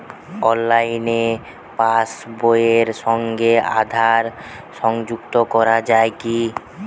অনলাইনে পাশ বইয়ের সঙ্গে আধার সংযুক্তি করা যায় কি?